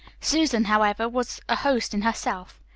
susan, however, was a host in herself.